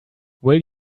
will